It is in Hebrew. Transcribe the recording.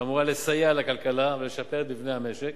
שאמורה לסייע לכלכלה ולשפר את מבנה המשק,